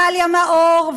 גליה מאור,